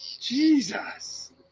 Jesus